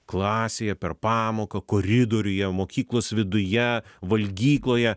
klasėje per pamoką koridoriuje mokyklos viduje valgykloje